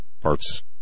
parts